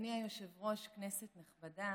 כנסת נכבדה,